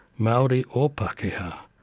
maori or pakeha,